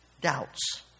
doubts